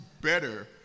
better